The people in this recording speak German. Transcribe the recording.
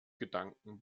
gedanken